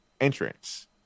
entrance